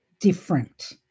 different